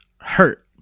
hurt